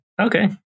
Okay